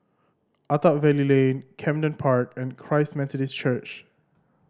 Attap Valley Lane Camden Park and Christ Methodist Church